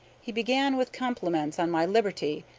he began with compliments on my liberty,